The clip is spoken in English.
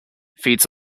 feeds